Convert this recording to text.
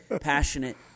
Passionate